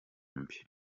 mbi